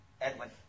Edwin